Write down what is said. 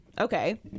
Okay